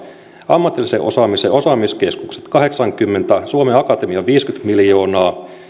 ammatillisen osaamisen osaamiskeskukset kahdeksankymmentä miljoonaa suomen akatemia viisikymmentä miljoonaa